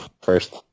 first